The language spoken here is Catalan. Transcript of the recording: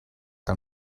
que